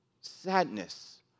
sadness